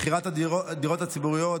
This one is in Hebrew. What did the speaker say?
מכירת הדירות הציבוריות,